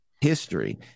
history